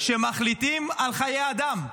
שמחליטים על חיי אדם.